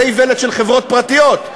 זו איוולת של חברות פרטיות,